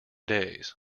days